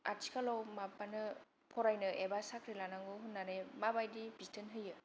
आथिखालाव माबानो फरायनो एबा साख्रि लानांगौ होननानै माबादि बिथोन होयो